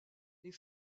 les